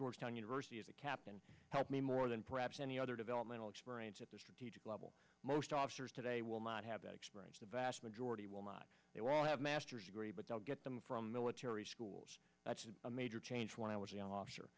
georgetown university as a captain helped me more than perhaps any other developmental experience at the strategic level most officers today will not have that experience the vast majority will not they will have master's degree but they'll get them from military schools that's a major change when i was a young officer